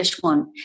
one